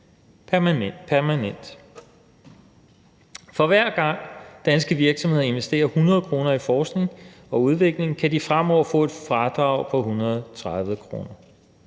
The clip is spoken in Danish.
permanent. For hver gang danske virksomheder investerer 100 kr. i forskning og udvikling, kan de fremover få et fradrag på 130 kr.